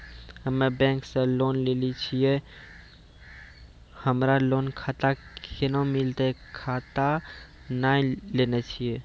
हम्मे बैंक से लोन लेली छियै हमरा लोन खाता कैना मिलतै खाता नैय लैलै छियै?